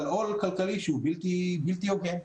על עול כלכלי שהוא בלתי הוגן.